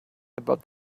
about